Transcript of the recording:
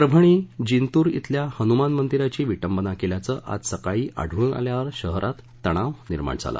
परभणी जिंतूर येथील हनुमान मंदिराची विटंबना केल्याचं आज सकाळी आढळून आल्यावर शहरात तणाव निर्माण झाला